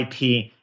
ip